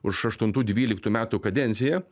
už aštuntų dvyliktų metų kadenciją